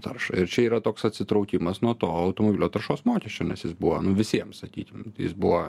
taršą ir čia yra toks atsitraukimas nuo to automobilio taršos mokesčio nes jis buvo nu visiems sakykim jis buvo